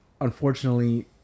unfortunately